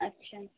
আচ্ছা